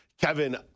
Kevin